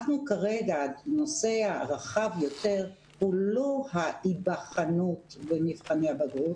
הנושא הרחב יותר הוא לא ההיבחנות במבחני הבגרות,